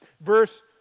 Verse